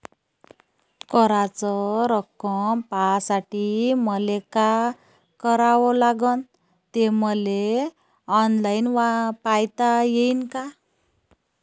कराच रक्कम पाहासाठी मले का करावं लागन, ते मले ऑनलाईन पायता येईन का?